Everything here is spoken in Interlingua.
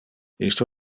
isto